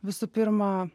visų pirma